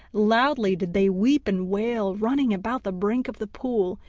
loudly did they weep and wail, running about the brink of the pool,